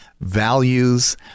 values